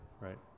right